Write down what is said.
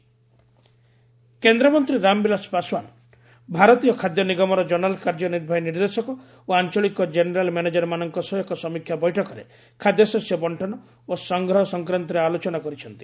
Paswan review meeting କେନ୍ଦ୍ରମନ୍ତ୍ରୀ ରାମବିଳାସ ପାଶ୍ୱାନ ଭାରତୀୟ ଖାଦ୍ୟ ନିଗମର ଜୋନାଲ୍ କାର୍ଯ୍ୟ ନିର୍ବାହୀ ନିର୍ଦ୍ଦେଶକ ଓ ଆଂଚଳିକ ଜେନେରାଲ୍ ମ୍ୟାନେଜରମାନଙ୍କ ସହ ଏକ ସମୀକ୍ଷା ବୈଠକରେ ଖାଦ୍ୟଶସ୍ୟ ବଂଟନ ଓ ସଂଗ୍ରହ ସଂକ୍ରାନ୍ତରେ ଆଲୋଚନା କରିଛନ୍ତି